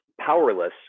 powerless